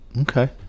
Okay